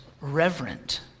reverent